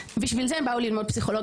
בשביל זה הם באו ללמוד פסיכולוגיה.